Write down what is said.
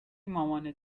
مامانت